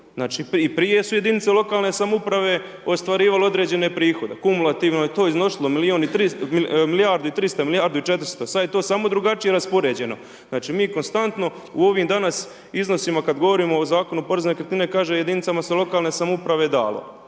i prije su jedinice lokalne samouprave, ostvarivale određene prihode. Kumulativno je to iznosilo milijardu i 300, milijardu i 400, sada je to samo drugačije raspoređeno. Znači konstantno u ovim danas, iznosima, kada govorimo o Zakonu porezu na nekretnine, kaže jedinicama lokalne samouprave se dalo.